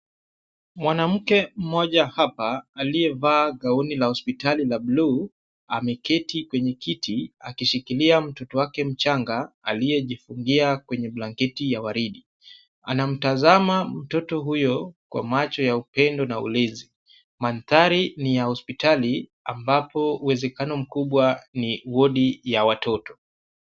Mwanamke mmoja hapa aliyevaa gauni la hospitali la buluu, ameketi kwenye kiti akishikilia mtoto wake mchanga aliyejifungia kwenye blanketi ya waridi, anamtazama mtoto huyo kwa macho ya upendo na ulezi. mandhari ni ya hospitali ambapo uwezekano mkubwa ni wodi ya watoto.